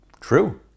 True